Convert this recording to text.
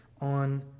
on